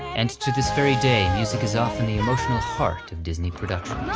and to this very day, music is often the emotional heart of disney's productions.